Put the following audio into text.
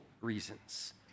reasons